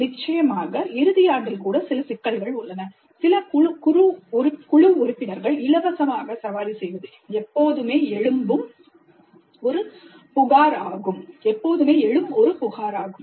நிச்சயமாக இறுதி ஆண்டில் கூட சில சிக்கல்கள் உள்ளன சில குழு உறுப்பினர்கள் இலவசமாக சவாரி செய்வது எப்போதுமே எழும் ஒரு புகாராகும்